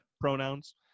pronouns